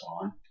on